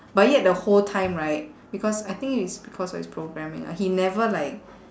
but yet the whole time right because I think it's because it's programming ah he never like